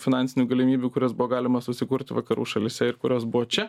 finansinių galimybių kurias buvo galima susikurt vakarų šalyse ir kurios buvo čia